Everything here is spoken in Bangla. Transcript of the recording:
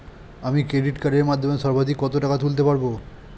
আমি ক্রেডিট কার্ডের মাধ্যমে সর্বাধিক কত টাকা তুলতে পারব?